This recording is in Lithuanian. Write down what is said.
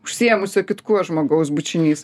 užsiėmusio kitkuo žmogaus bučinys